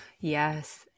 Yes